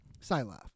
Silaf